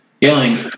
yelling